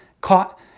caught